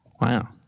Wow